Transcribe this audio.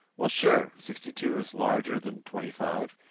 well, sure. sixty two is larger than twenty five,